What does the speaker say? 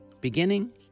beginning